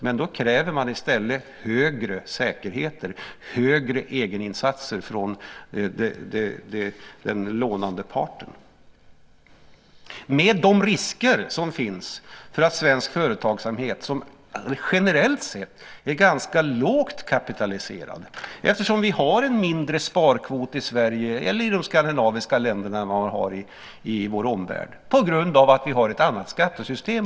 Men då kräver man i stället högre säkerheter och högre egeninsatser från den lånande parten, med de risker som finns för svensk företagsamhet som generellt sett är ganska lågt kapitaliserad. Vi har en mindre sparkvot i Sverige och i de skandinaviska länderna än vad man har i vår omvärld på grund av att vi har ett annat skattesystem.